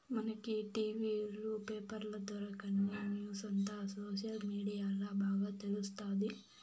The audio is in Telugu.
మనకి టి.వీ లు, పేపర్ల దొరకని న్యూసంతా సోషల్ మీడియాల్ల బాగా తెలుస్తాది